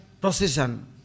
procession